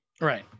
Right